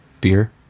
beer